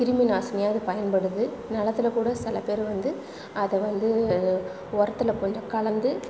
கிருமிநாசினியாக அது பயன்படுது நிலத்துல கூட சில பேர் வந்து அதை வந்து ஒரத்தில் கொஞ்சம் கலந்து